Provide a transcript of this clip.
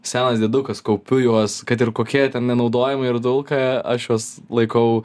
senas diedukas kaupiu juos kad ir kokie jie ten nenaudojami ir dulka aš juos laikau